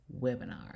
webinar